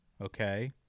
okay